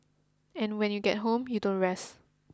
and when you get home you don't rest